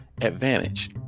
advantage